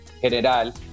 general